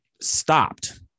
stopped